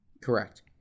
Correct